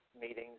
meetings